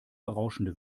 berauschende